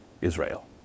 Israel